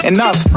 Enough